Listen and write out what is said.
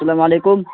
السلام علیکم